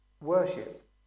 worship